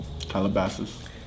Calabasas